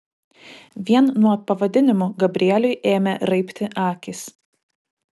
vien nuo pavadinimų gabrieliui ėmė raibti akys